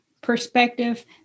perspective